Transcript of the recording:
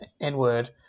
N-word